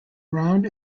round